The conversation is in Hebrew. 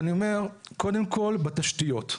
קודם כל בתשתיות.